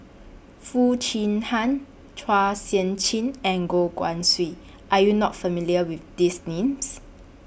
Foo Chee Han Chua Sian Chin and Goh Guan Siew Are YOU not familiar with These Names